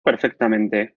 perfectamente